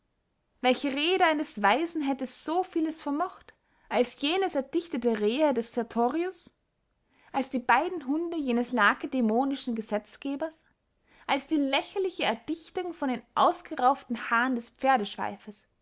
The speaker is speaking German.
welche rede eines weisen hätte so vieles vermocht als jenes erdichtete rehe des sertorius als die beiden hunde jenes lacedämonischen gesetzgebers als die lächerliche erdichtung von den ausgeraufenen haaren des